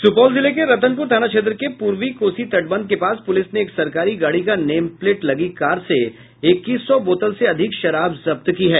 सुपौल जिले के रतनपुर थाना क्षेत्र के पूर्वी कोसी तटबंध के पास पूलिस ने एक सरकारी गाड़ी का नेम प्लेट लगी कार से इक्कीस सौ बोतल से अधिक शराब जब्त की है